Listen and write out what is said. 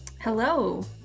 Hello